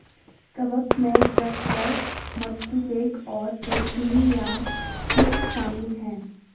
कवक में truffles, matsutake और पोर्सिनी या सेप्स शामिल हैं